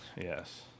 Yes